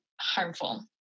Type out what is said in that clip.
harmful